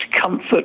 comfort